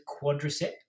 quadricep